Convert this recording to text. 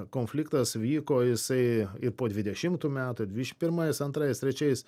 konfliktas vyko jisai ir po dvidešimtų metų ir dvidešimt pirmais antrais trečiais